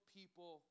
people